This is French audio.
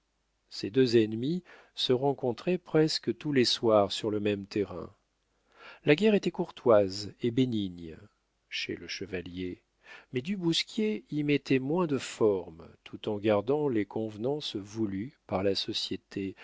ces deux ennemis se rencontraient presque tous les soirs sur le même terrain la guerre était courtoise et bénigne chez le chevalier mais du bousquier y mettait moins de formes tout en gardant les convenances voulues par la société